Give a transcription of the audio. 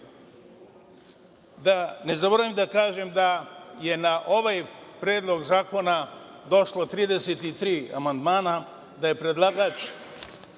ne. Da ne zaboravim da kažem, da je na ovaj predlog zakona došlo 33 amandmana, da je predlagač